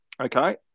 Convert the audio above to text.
Okay